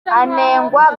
anengwa